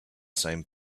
same